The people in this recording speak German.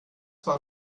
war